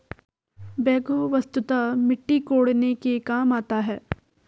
backhoe वस्तुतः मिट्टी कोड़ने के काम आता है